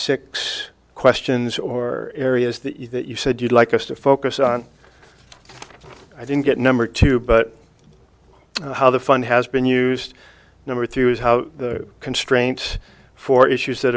six questions or areas that you that you said you'd like us to focus on i didn't get number two but how the fund has been used number three was how the constraints for issues that